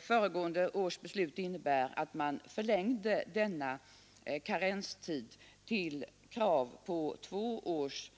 Förra årets beslut innebär förlängning av denna karenstid till två års